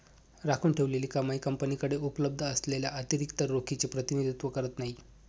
राखून ठेवलेली कमाई कंपनीकडे उपलब्ध असलेल्या अतिरिक्त रोखीचे प्रतिनिधित्व करत नाही